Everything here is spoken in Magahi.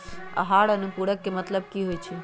आहार अनुपूरक के मतलब की होइ छई?